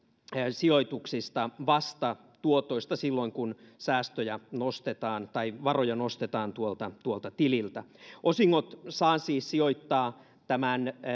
sijoituksista vasta tuotoista silloin kun säästöjä nostetaan tai varoja nostetaan tuolta tuolta tililtä osingot saa siis sijoittaa tämän